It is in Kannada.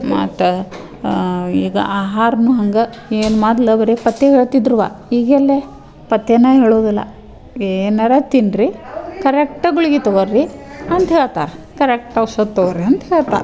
ಮತ್ತೆ ಈಗ ಆಹಾರನು ಹಂಗೆ ಏನು ಮೊದಲು ಬರೀ ಪಥ್ಯ ಹೇಳ್ತಿದ್ರು ಈಗೆಲ್ಲ ಪಥ್ಯನೆ ಹೇಳೋದಿಲ್ಲ ಏನಾರು ತಿನ್ನಿರಿ ಕರೆಕ್ಟ್ ಗುಳಿಗೆ ತಗೋ ರೀ ಅಂತ ಹೇಳ್ತಾರೆ ಕರೆಕ್ಟ್ ಔಷಧ ತಗೋ ರೀ ಅಂತ ಹೇಳ್ತಾರೆ